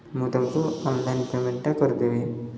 ମୁଁ ତାଙ୍କୁ ଅନ୍ଲାଇନ୍ ପେମେଣ୍ଟ୍ଟା କରିଦେବି